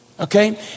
Okay